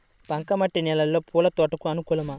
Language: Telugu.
బంక మట్టి నేలలో పూల తోటలకు అనుకూలమా?